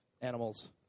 animals